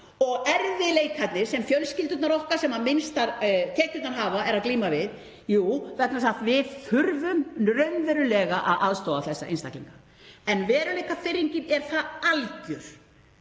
og erfiðleikarnir sem fjölskyldurnar okkar sem minnstar tekjurnar hafa eru að glíma við — jú, vegna þess að við þurfum raunverulega að aðstoða þessa einstaklinga. En veruleikafirringin er svo algjör